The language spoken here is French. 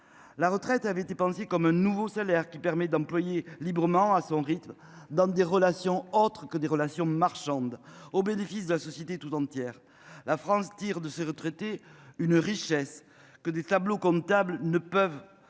La retraite avait été pensé comme un nouveau salaire qui permet d'employés librement à son rythme dans des relations autre que des relations marchandes au bénéfice de la société toute entière. La France tire de ces retraités une richesse que des tableaux comptables ne peuvent faire